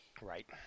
Right